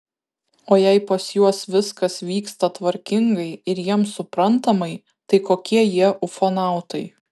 o jei pas juos viskas vyksta tvarkingai ir jiems suprantamai tai kokie jie ufonautai